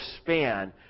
span